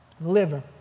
Liver